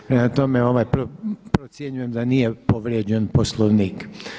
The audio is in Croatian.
Prema tome, procjenjujem da nije povrijeđen Poslovnik.